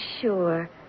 sure